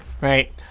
right